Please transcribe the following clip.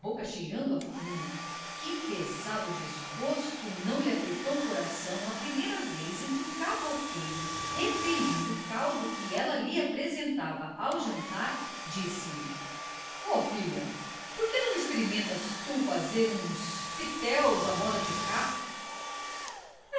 cheirando a fumo que pesado desgosto não lhe apertou o coração a primeira vez em que o cavouqueiro repelindo o caldo que ela lhe apresentava ao jantar disse-lhe ó filha por que não experimentas tu fazer uns pitéus à moda de cá